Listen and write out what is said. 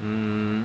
mm mm mm